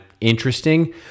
interesting